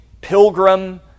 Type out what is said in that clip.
pilgrim